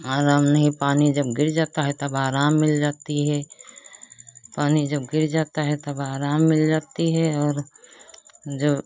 आराम नहीं पानी जब गिर जाता है तब आराम मिल जाती है पानी जब गिर जाता है तब आराम मिल जाती है और जब